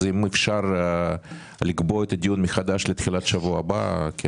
אז אם אפשר לקבוע את הדיון מחדש לתחילת שבוע הבא.